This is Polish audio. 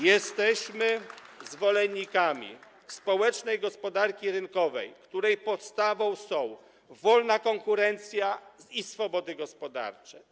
Jesteśmy zwolennikami społecznej gospodarki rynkowej, której podstawą są wolna konkurencja i swobody gospodarcze.